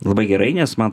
labai gerai nes man